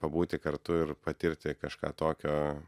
pabūti kartu ir patirti kažką tokio